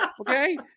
okay